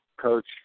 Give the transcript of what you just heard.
Coach